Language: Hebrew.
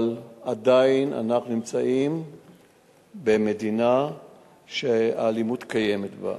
אבל עדיין אנחנו נמצאים במדינה שהאלימות קיימת בה.